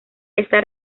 está